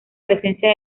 presencia